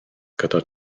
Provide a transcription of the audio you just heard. gyda